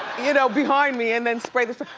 you know, behind me and then spray the,